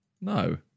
No